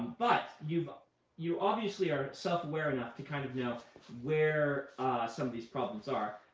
but, you but you obviously are self-aware enough to kind of know where some of these problems are.